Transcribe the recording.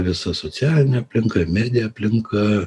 visa socialinė aplinka medija aplinka